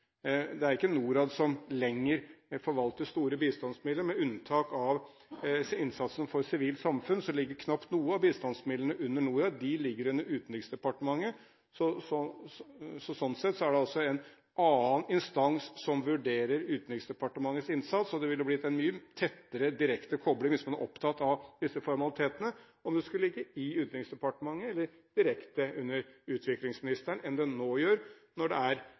Det er ikke lenger NORAD som forvalter store bistandsmidler. Med unntak av innsatsen for sivilt samfunn ligger knapt noe av bistandsmidlene under NORAD. De ligger under Utenriksdepartementet. Sånn sett er det altså en annen instans som vurderer Utenriksdepartementets innsats. Det ville blitt en mye tettere, direkte kobling, hvis man er opptatt av disse formalitetene, om det skulle ligge i Utenriksdepartementet eller direkte under utviklingsministeren enn det nå gjør når det er